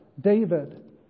David